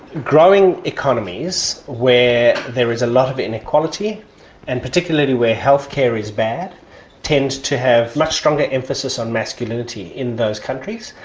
growing economies where there is a lot of inequality and particularly where healthcare is bad tend to have much stronger emphasis on masculinity in those countries,